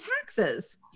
taxes